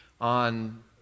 on